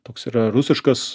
toks yra rusiškas